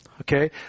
okay